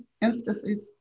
instances